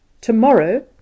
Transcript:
Tomorrow